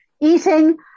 Eating